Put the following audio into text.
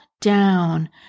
down